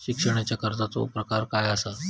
शिक्षणाच्या कर्जाचो प्रकार काय आसत?